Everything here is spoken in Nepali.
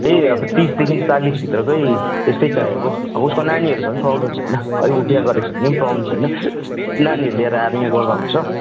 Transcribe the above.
अब तिसदेखि चालिसभित्रकै त्यस्तै चाहिएको हो अब उसको नानीहरू छ भने नि प्रब्लम छैन अब ऊ बिहा गरेको छ भने पनि प्रब्लम छैन नानीहरू लिएर आएर यहाँ गर्दा हुन्छ